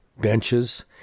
benches